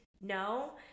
No